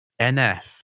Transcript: nf